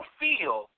feel